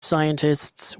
scientists